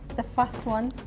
the first one